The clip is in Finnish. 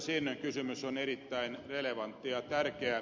sirnön kysymys on erittäin relevantti ja tärkeä